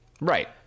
right